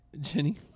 Jenny